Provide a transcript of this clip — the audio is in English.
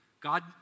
God